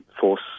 force